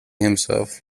himself